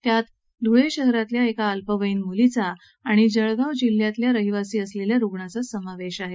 यात ध्वळे शहरातल्या एका अल्पवयीन मूलीचा आणि जळगाव जिल्ह्याचा रहिवासी असलेल्या रुग्णाचा समावेश आहे